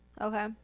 Okay